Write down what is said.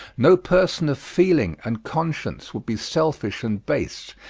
no person of feeling and conscience would be selfish and base,